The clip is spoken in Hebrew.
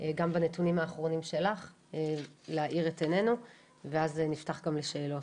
גם בנתונים האחרונים שלך להאיר את עינינו ואז נפתח גם לשאלות.